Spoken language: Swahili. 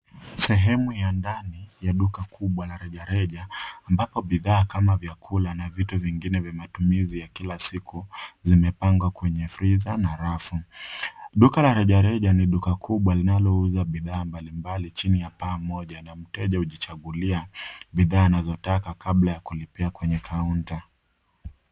Sehemu ya ndani ya duka kubwa na rejareja ambapo bidhaa kama vyakula na vitu vingine vya matumizi ya kula siku vimepangwa kwenye friza na rafu. Duka la rejareja ni duka kubwa linalouza bidhaa mbali mbali chini ya paa moja na mteja hujichagulia bidhaa anazo taka kabla ya kulipia kwenye kaunta.